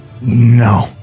No